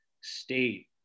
state